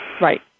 Right